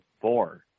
four